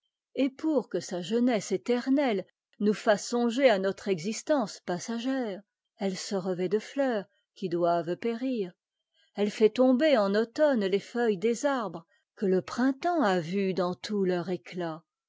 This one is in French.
et pour que sa jeunesse éternelle nous fass songer à notre existence passagère elte se revende fleurs qui doivent périr elle fait tomber en automne tes feuittes des arbres queute printemps a vues dans tout leur éetat